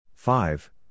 Five